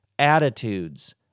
attitudes